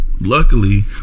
Luckily